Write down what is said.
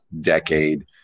decade